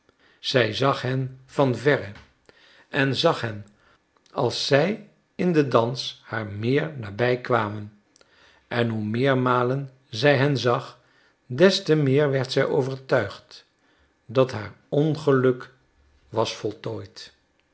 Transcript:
zag hen van verre en zag hen als zij in den dans haar meer nabij kwamen en hoe meer malen zij hen zag des te meer werd zij overtuigd dat haar ongeluk was voltooid